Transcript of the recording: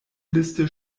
liste